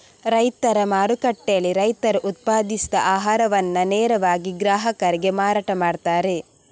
ರೈತರ ಮಾರುಕಟ್ಟೆಯಲ್ಲಿ ರೈತರು ಉತ್ಪಾದಿಸಿದ ಆಹಾರವನ್ನ ನೇರವಾಗಿ ಗ್ರಾಹಕರಿಗೆ ಮಾರಾಟ ಮಾಡ್ತಾರೆ